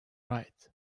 right